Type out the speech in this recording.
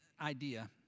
Idea